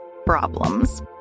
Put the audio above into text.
problems